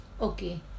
okay